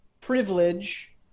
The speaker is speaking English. privilege